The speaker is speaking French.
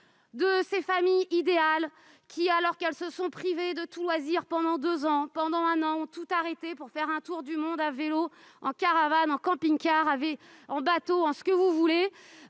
-de familles idéales qui, alors qu'elles se sont privées de tout loisir pendant un ou deux ans, ont choisi de tout arrêter pour faire un tour du monde à vélo, en caravane, en camping-car, en bateau ou en je ne sais quoi